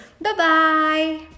Bye-bye